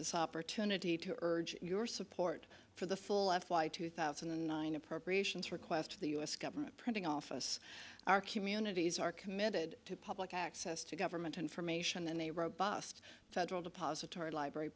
this opportunity to urge your support for the full f b i two thousand and nine appropriations request for the u s government printing office our communities are committed to public access to government information and they robust federal depository library